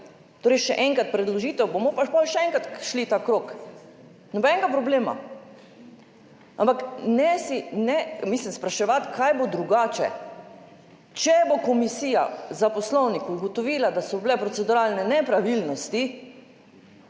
Torej, še enkrat, predložitev bomo pa pol še enkrat šli ta krog, nobenega problema. Ampak ne si, ne mislim spraševati, kaj bo drugače, če bo komisija za poslovnik ugotovila, da so bile proceduralne nepravilnosti,